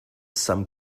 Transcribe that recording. some